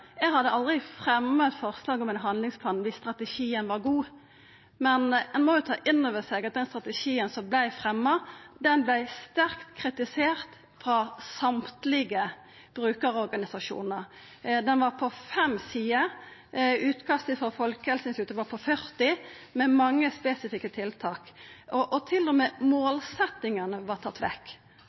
Eg hadde aldri fremja eit forslag om ein handlingsplan viss strategien var god, men ein må ta inn over seg at den strategien som vart fremja, vart sterkt kritisert av alle brukarorganisasjonane. Strategien var på fem sider. Utkastet frå Folkehelseinstituttet var på 40 sider, med mange spesifikke tiltak. Til og med målsetjingane var tatt vekk,